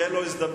תהיה לו הזדמנות,